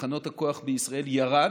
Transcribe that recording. מתחנות הכוח בישראל ירד,